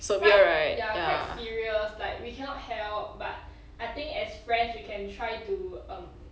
quite ya quite serious like we cannot help but I think as friends we can try to um